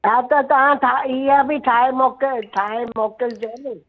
हां त तव्हां ठा इएं बि ठाहे मोकल ठाहे मोकिलजो नी